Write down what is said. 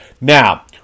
Now